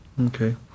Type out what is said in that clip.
Okay